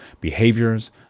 behaviors